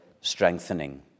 strengthening